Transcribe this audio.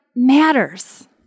matters